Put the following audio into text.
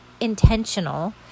Intentional